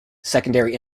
secondary